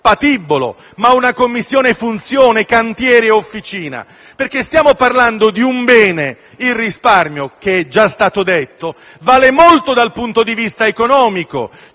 patibolo, ma una Commissione funzione, cantiere e officina? Perché stiamo parlando di un bene, il risparmio, che, come è già stato detto, vale molto dal punto di vista economico: